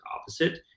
opposite